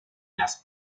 las